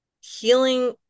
healing